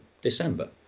December